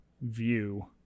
view